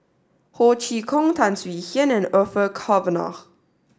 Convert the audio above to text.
Ho Chee Kong Tan Swie Hian and Orfeur Cavenagh